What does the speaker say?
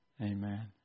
Amen